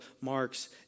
marks